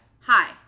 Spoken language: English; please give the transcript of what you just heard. Hi